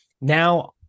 now